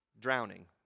drowning